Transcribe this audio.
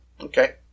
Okay